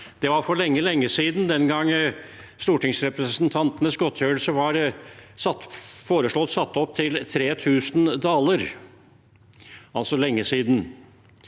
Det var for lenge, lenge siden, den gang stortingsrepresentantenes godtgjørelse var foreslått satt opp til 3 000 daler